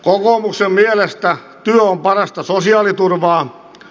kokoomuksen mielestä työ on parasta sosiaaliturvaa